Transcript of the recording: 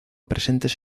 presentes